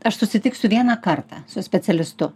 aš susitiksiu vieną kartą su specialistu